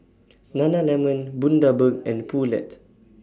Nana Lemon Bundaberg and Poulet